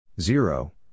Zero